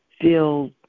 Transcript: feel